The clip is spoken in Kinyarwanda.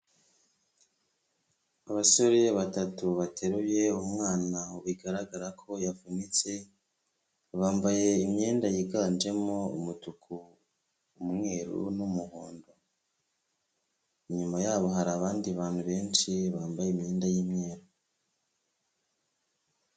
Abasore batatu bateruye umwana bigaragara ko yavunitse, bambaye imyenda yiganjemo umutuku, umweru n'umuhondo. Inyuma yabo hari abandi bantu benshi bambaye imyenda y'imyeru.